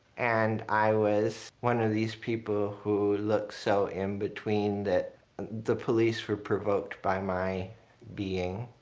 and i was one of these people who looked so in-between that the police were provoked by my being.